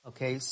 Okay